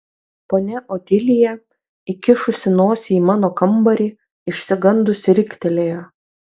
ponia otilija įkišusi nosį į mano kambarį išsigandusi riktelėjo